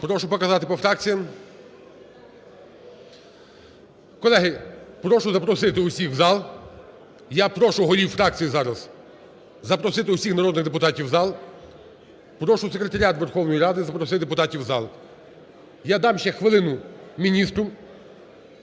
Прошу показати по фракціям. Колеги, прошу запросити усіх в зал. Я прошу голі фракцій зараз запросити усіх народних депутатів в зал. Прошу секретаріат Верховної Ради запросити депутатів в зал. Я дам ще хвилину міністру,